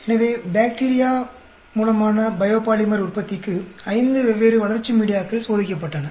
எனவே பாக்டீரியா மூலமான பயோபாலிமர் உற்பத்திக்கு ஐந்து வெவ்வேறு வளர்ச்சி மீடியாக்கள் சோதிக்கப்பட்டன